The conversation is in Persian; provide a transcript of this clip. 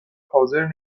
حاضر